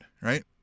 right